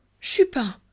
Chupin